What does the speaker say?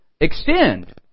extend